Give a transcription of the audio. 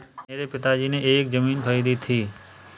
मेरे पिताजी ने एक जमीन खरीदी थी